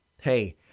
Hey